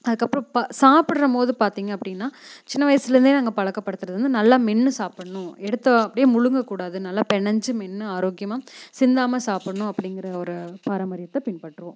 அதுக்கு அப்புறம் ப சாப்பிட்றம் போது பார்த்தீங்க அப்படின்னா சின்ன வயசிலேருந்தே நாங்கள் பழக்கப்படுத்துகிறது வந்து நல்லா மென்று சாப்பிட்ணும் எடுத்த அப்படியே முழுங்க கூடாது நல்லா பெனஞ்சு மென்று ஆரோக்கியமாக சிந்தாமல் சாப்பிட்ணும் அப்படிங்கின்ற ஒரு பாரம்பரியத்தை பின்பற்றுவோம்